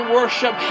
worship